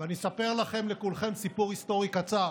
ואני אספר לכם, לכולכם, סיפור היסטורי קצר: